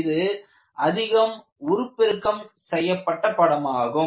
இது அதிகம் உருப்பெருக்கம் செய்யப்பட்ட படமாகும்